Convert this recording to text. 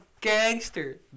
gangster